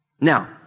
Now